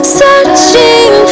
searching